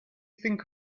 think